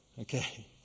Okay